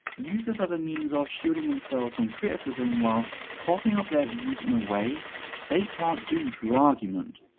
use this as a means of shielding themselves from criticism whilst propping up their views in a way they can't do through argument,